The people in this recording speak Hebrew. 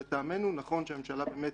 לטעמנו, נכון שהממשלה באמת